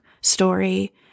story